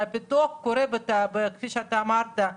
והפיתוח קורה כפי שאמרת,